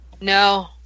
No